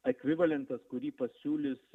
ekvivalentas kurį pasiūlys